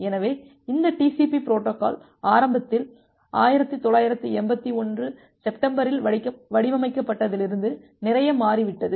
எனவே இந்த TCP protocol ஆரம்பத்தில் 1981 செப்டம்பரில் வடிவமைக்கப்பட்டதிலிருந்து நிறைய மாறிவிட்டது